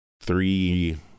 three